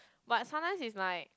but sometimes it's like